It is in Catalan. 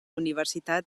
universitat